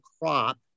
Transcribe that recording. crop